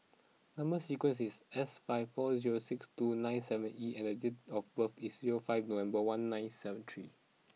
number sequence is S five four zero six two nine seven E and date of birth is zero five November one nine seven three